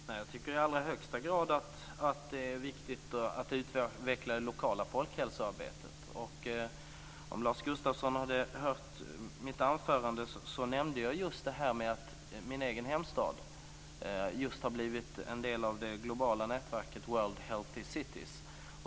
Fru talman! Jag tycker i allra högsta grad att det är viktigt att utveckla det lokala folkhälsoarbetet. Om Lars Gustafsson hade hört mitt anförande hade han märkt att jag nämnde att min egen hemstad just har blivit en del av det globala nätverket World Healthy Cities.